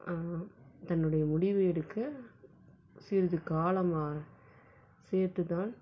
தன்னுடைய முடிவு எடுக்க சிறிது காலம் சேர்த்துதான்